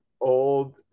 old